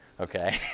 okay